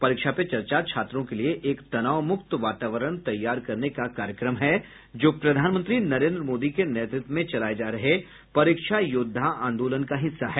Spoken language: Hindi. परीक्षा पे चर्चा छात्रों के लिए एक तनाव मुक्त वातावरण तैयार करने का कार्यक्रम है जो प्रधानमंत्री नरेन्द्र मोदी के नेतृत्व में चलाए जा रहे परीक्षा योद्धा आंदोलन का हिस्सा हैं